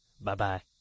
Bye-bye